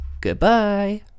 goodbye